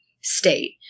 state